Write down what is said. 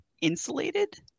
insulated